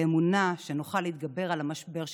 לאמונה שנוכל להתגבר על המשבר שסביבנו.